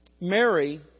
Mary